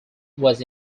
was